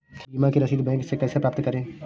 बीमा की रसीद बैंक से कैसे प्राप्त करें?